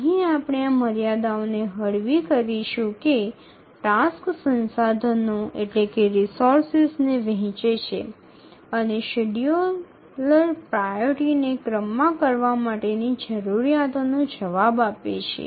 এখানে আমরা এই সীমাবদ্ধতাগুলি অগ্রাহ্য করব যেগুলির জন্য কার্য গুলি সংস্থান করে এবং অগ্রাধিকারের শিডিউলটি তৈরি করে